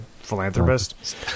philanthropist